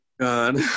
god